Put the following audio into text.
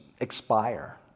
expire